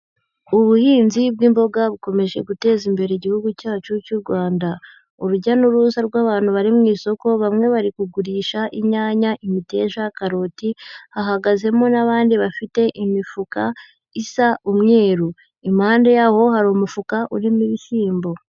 Ubuhinzi bw'imboga bukomeje guteza imbere igihugu cyacu cy'u Rwanda. Urujya n'uruza rw'abantu bari mu isoko, bamwe bari kugurisha inyanya, imiteja, karoti. Hahagazemo n'abandi bafite imifuka, isa umweru. Impande yaho hari umufuka urimo ibishyimbo.